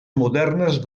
modernes